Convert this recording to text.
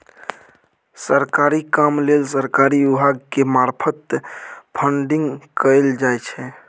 सरकारी काम लेल सरकारी विभाग के मार्फत फंडिंग कएल जाइ छै